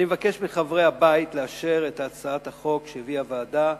אני מבקש מחברי הבית לאשר את הצעת החוק שהביאה הוועדה,